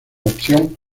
opción